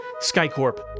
Skycorp